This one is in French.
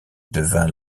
devint